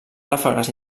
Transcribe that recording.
ràfegues